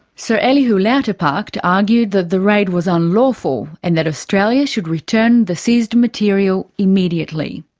sir elihu lauterpacht argued that the raid was unlawful, and that australia should return the seized material immediately.